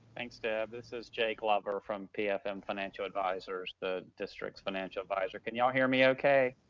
thanks, deb. this is jay glover from pfm financial advisors. the district's financial advisor can y'all hear me okay?